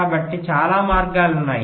కాబట్టి చాలా మార్గాలు ఉన్నాయి